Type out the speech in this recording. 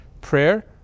prayer